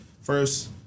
First